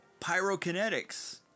pyrokinetics